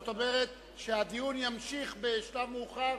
זאת אומרת שהדיון יימשך בשלב מאוחר,